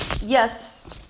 yes